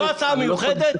זו הסעה פרטית?